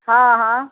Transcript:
हँ हँ